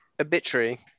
Obituary